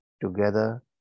together